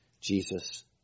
Jesus